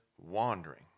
wandering